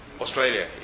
Australia